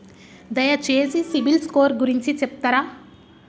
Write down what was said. దయచేసి సిబిల్ స్కోర్ గురించి చెప్తరా?